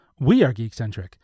wearegeekcentric